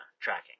tracking